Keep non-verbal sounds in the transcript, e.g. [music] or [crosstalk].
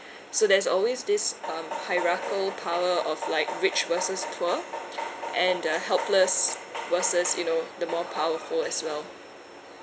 [breath] so there's always this um hierarchical power of like rich versus poor and the helpless versus you know the more powerful as well